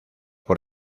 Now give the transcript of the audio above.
por